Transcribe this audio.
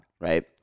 right